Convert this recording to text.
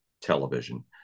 television